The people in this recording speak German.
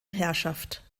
herrschaft